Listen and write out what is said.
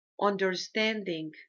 understanding